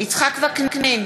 יצחק וקנין,